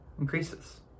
increases